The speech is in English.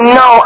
no